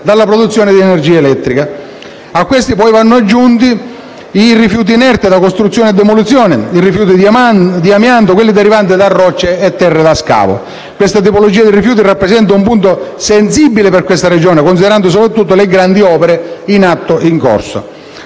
della produzione di energia elettrica. A questi vanno aggiunti i rifiuti inerti da costruzione e demolizione, i rifiuti di amianto e quelli derivanti da terre e rocce da scavo. Tale tipologia di rifiuti rappresenta un punto sensibile per questa Regione, considerando sopratutto le grandi opere in corso